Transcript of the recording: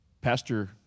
Pastor